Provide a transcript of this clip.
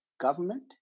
government